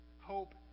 Hope